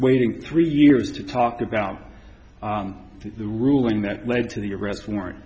waiting three years to talk about the ruling that led to the arrest warrant